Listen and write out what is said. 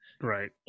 Right